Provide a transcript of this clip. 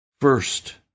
First